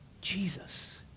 Jesus